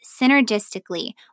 synergistically